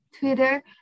Twitter